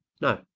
No